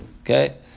Okay